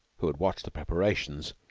who had watched the preparations,